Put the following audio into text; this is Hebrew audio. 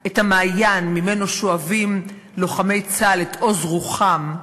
את המעיין שממנו שואבים לוחמי צה"ל את עוז רוחם,